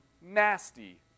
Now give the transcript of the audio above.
nasty